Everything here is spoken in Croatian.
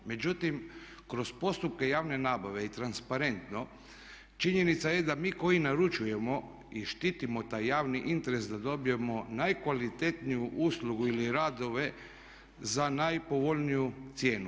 Međutim, kroz postupke javne nabave i transparentno činjenica je da mi koji naručujemo i štitimo taj javni interes da dobijemo najkvalitetniju uslugu ili radove za najpovoljniju cijenu.